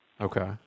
Okay